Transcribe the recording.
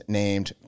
named